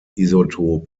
isotop